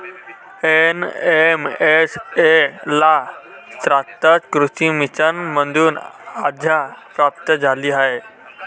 NMSA ला शाश्वत कृषी मिशन मधून आज्ञा प्राप्त झाली आहे